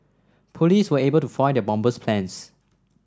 police were able to foil the bomber's plans